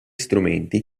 strumenti